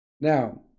Now